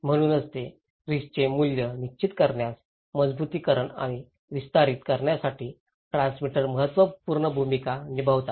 म्हणूनच ते रिस्कचे मूल्य निश्चित करण्यात मजबुतीकरण आणि विस्तारित करण्यासाठी ट्रान्समीटर महत्त्वपूर्ण भूमिका निभावतात